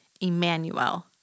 Emmanuel